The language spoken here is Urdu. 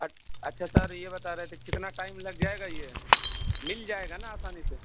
اچھ اچھا سر یہ بتا رہے تھے کتنا ٹائم لگ جائے گا یہ مل جائے گا نا آسانی سے